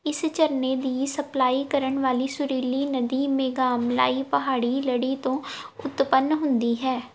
ਇਸ ਝਰਨੇ ਦੀ ਸਪਲਾਈ ਕਰਨ ਵਾਲੀ ਸੁਰੀਲੀ ਨਦੀ ਮੇਘਾਮਲਾਈ ਪਹਾੜੀ ਲੜੀ ਤੋਂ ਉਤਪੰਨ ਹੁੰਦੀ ਹੈ